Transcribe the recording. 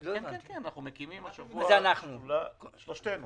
כן, שלושתנו